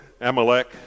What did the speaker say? Amalek